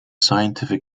scientific